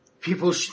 People